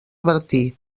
bertí